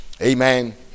Amen